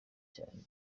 cyane